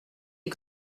les